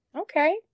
Okay